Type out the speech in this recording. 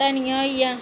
धनिया होई गेआ